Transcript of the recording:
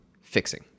fixing